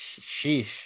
sheesh